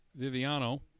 Viviano